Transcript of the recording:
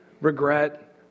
regret